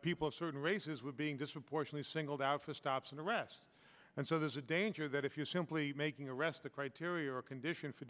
people of certain races were being disproportionately singled out for stops and arrests and so there's a danger that if you simply making arrest the criteria or condition for